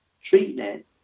treatment